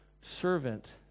servant